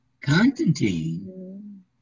Constantine